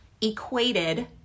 equated